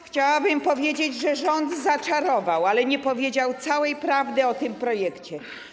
Chciałabym powiedzieć, że rząd tu czarował i nie powiedział całej prawdy o tym projekcie.